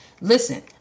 Listen